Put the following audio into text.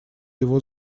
его